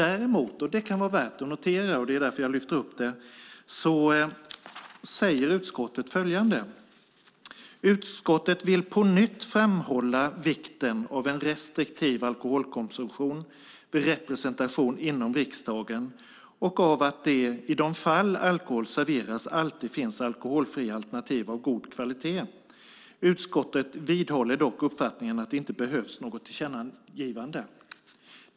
Däremot, och det kan vara värt att notera och det är därför jag lyfter upp det, säger utskottet följande: "Utskottet vill på nytt framhålla vikten av en restriktiv alkoholkonsumtion vid representation inom riksdagen och av att det, i de fall alkohol serveras, alltid finns alkoholfria alternativ av god kvalitet. Utskottet vidhåller dock uppfattningen att det inte behövs något tillkännagivande."